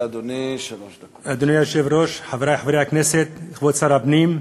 אדוני היושב-ראש, חברי חברי הכנסת, כבוד שר הפנים,